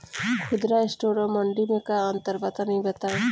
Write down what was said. खुदरा स्टोर और मंडी में का अंतर बा तनी बताई?